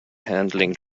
handling